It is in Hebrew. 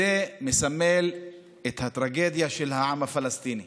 זה מסמל את הטרגדיה של העם הפלסטיני.